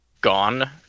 gone